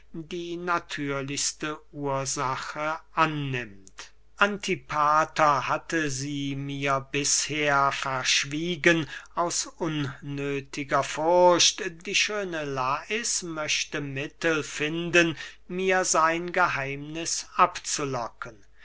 die natürlichste ursache annimmt antipater hatte sie mir bisher verschwiegen aus unnöthiger furcht die schöne lais möchte mittel finden mir sein geheimniß abzulocken